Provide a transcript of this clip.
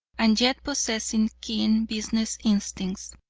and yet possessing keen business instincts.